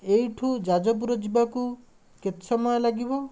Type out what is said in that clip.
ଏଇଠୁ ଯାଜପୁର ଯିବାକୁ କେତେ ସମୟ ଲାଗିବ